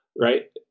right